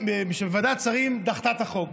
ועדת השרים דחתה את החוק.